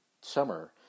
summer